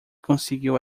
conseguiu